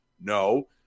no